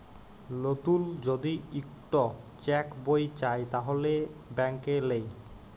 লতুল যদি ইকট চ্যাক বই চায় তাহলে ব্যাংকে লেই